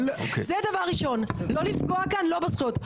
זה דבר ראשון, לא לפגוע כאן בזכויות.